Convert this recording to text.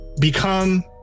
become